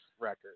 record